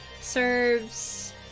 serves